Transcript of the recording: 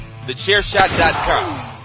TheChairShot.com